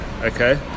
Okay